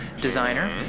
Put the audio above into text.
designer